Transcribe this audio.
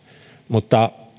mutta